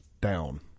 down